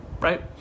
right